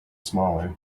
smaller